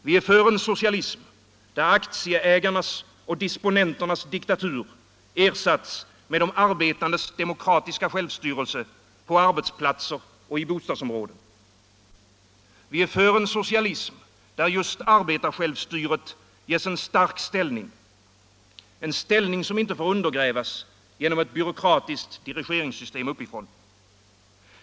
Vi är för en socialism där aktieägarnas och disponenternas diktatur har ersatts med de arbetandes demokratiska självstyrelse på arbetsplatserna och i bostadsområdena. Vi är för en socialism där just arbetarsjälvstyre ges en stark ställning, en ställning som inte får undergrävas genom ett byråkratiskt dirigeringssystem uppifrån.